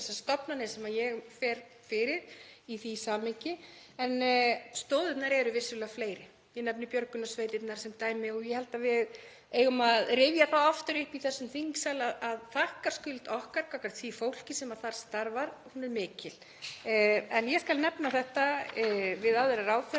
stofnanir sem ég fer fyrir, í því samhengi en stoðirnar eru vissulega fleiri. Ég nefni björgunarsveitirnar sem dæmi. Ég held að við eigum að rifja það oftar upp í þessum þingsal að þakkarskuld okkar gagnvart því fólki sem þar starfar er mikil. En ég skal nefna þetta við aðra ráðherra